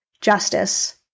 justice